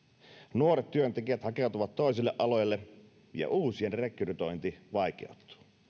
nuoret työntekijät hakeutuvat toisille aloille ja uusien rekrytointi vaikeutuu